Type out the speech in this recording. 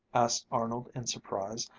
asked arnold in surprise,